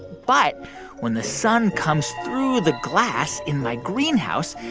but when the sun comes through the glass in my greenhouse,